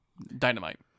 Dynamite